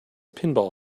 pinball